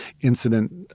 incident